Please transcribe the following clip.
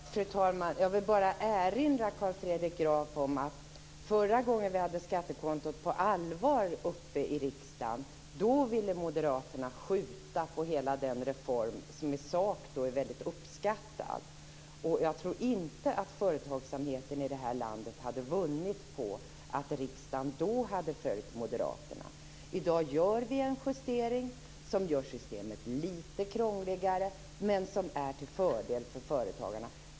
Fru talman! Jag vill bara erinra Carl Fredrik Graf om att Moderaterna när vi förra gången hade skattekontofrågan uppe på allvar i riksdagen ville skjuta på hela reformen. Den är i sak väldigt uppskattad, och jag tror inte att företagsamheten i det här landet hade vunnit på att riksdagen då hade följt Moderaterna. I dag gör vi en justering, som gör systemet litet krångligare men som är till fördel för företagarna.